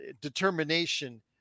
determination